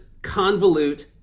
convolute